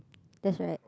that's right